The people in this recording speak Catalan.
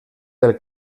del